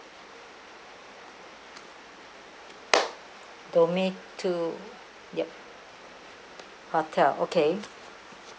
domain two yup hotel okay